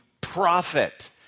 profit